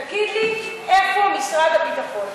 תגיד לי, איפה משרד הביטחון?